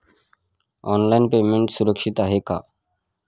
Online payment सुरक्षित आहे का?